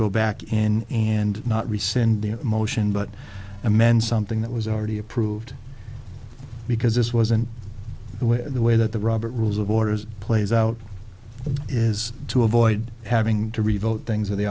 go back in and not rescind the motion but amend something that was already approved because this wasn't the way the way that the robert rules of orders plays out is to avoid having to revote things and the